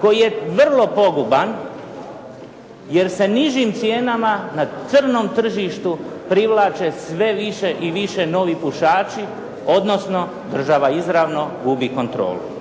koji je vrlo poguban jer se nižim cijenama na crnom tržištu privlače sve više i više novi pušači odnosno država izravno gubi kontrolu.